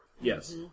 Yes